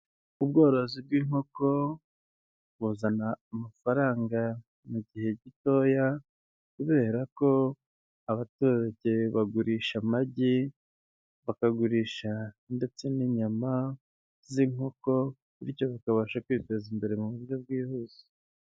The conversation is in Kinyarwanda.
Ubworozi bw'inkoko buzana amafaranga mu gihe gitoya, kubera ko abaturage bagurisha amagi, bakagurisha ndetse n'inyama z'inkoko bityo bakabasha kwiteza imbere mu buryo bwihuse.